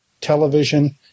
television